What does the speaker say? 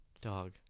Dog